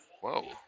Whoa